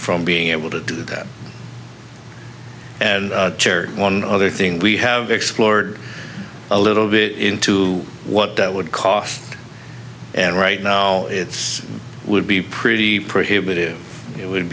from being able to do that and one other thing we have explored a little bit into what that would cost and right now it would be pretty prohibitive it would